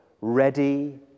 ready